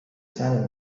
sand